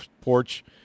porch